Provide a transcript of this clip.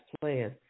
plan